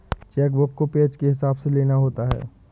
check book को page के हिसाब से लेना होता है